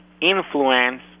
influence